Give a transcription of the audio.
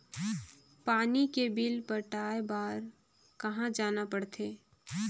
पानी के बिल पटाय बार कहा जाना पड़थे?